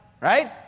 right